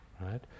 right